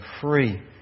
free